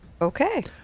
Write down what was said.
Okay